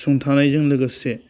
सुंथानायजों लोगोसे